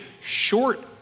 short